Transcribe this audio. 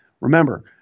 Remember